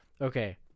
Okay